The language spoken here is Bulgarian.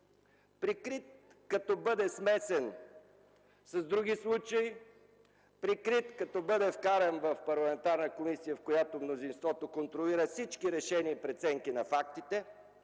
прикрит, като бъде смесен с други случаи; прикрит, като бъде вкаран в парламентарна комисия, в която мнозинството контролира всички решения и преценки на фактите.